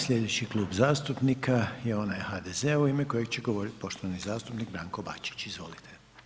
Slijedeći klub zastupnika je onaj HDZ-a u ime kojeg će govorit poštovani zastupnik Branko Bačić, izvolite.